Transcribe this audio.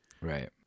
right